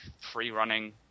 free-running